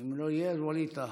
ווליד טאהא.